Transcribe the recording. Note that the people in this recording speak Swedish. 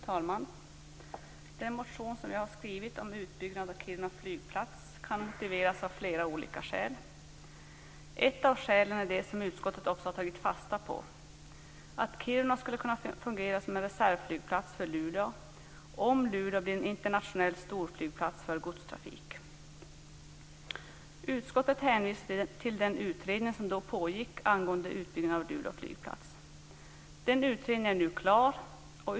Fru talman! Den motion som jag har skrivit om utbyggnad av Kiruna flygplats kan motiveras av flera olika skäl. Ett av skälen är det som utskottet också har tagit fasta på, nämligen att Kiruna skulle kunna fungera som reservflygplats för Luleå om Luleå blir en internationell storflygplats för godstrafik. Utskottet hänvisar till den utredning som då pågick angående utbyggnad av Luleå flygplats. Den utredningen är nu klar.